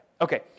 Okay